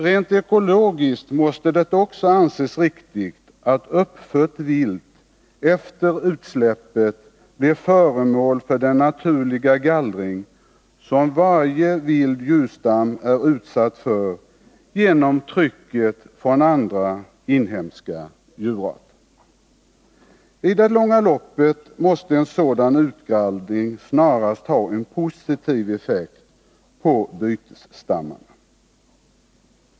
Rent ekologiskt måste det också anses riktigt att uppfött vilt efter utsläppet blir föremål för den naturliga gallring som varje vild djurstam är utsatt för genom trycket från andra, inhemska djurarter. I det långa loppet måste en sådan utgallring snarast ha en positiv effekt på bytesstammarna.